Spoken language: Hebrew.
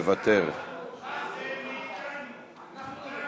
למה אתה, מוותר.